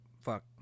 fuck